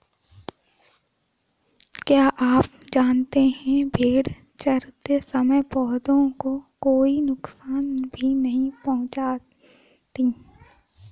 क्या आप जानते है भेड़ चरते समय पौधों को कोई नुकसान भी नहीं पहुँचाती